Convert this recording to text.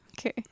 okay